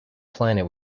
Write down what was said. planet